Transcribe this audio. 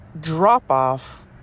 drop-off